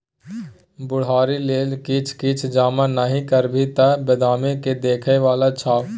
बुढ़ारी लेल किछ किछ जमा नहि करबिही तँ बादमे के देखय बला छौ?